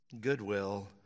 goodwill